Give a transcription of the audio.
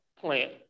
plant